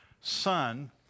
son